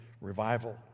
revival